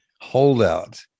holdout